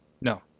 No